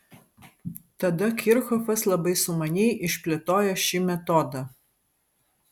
tada kirchhofas labai sumaniai išplėtojo šį metodą